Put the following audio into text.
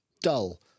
dull